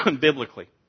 biblically